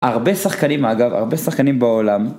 הרבה שחקנים, אגב, הרבה שחקנים בעולם.